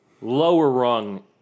lower-rung